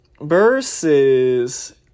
versus